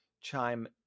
chime